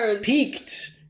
Peaked